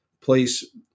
place